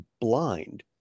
blind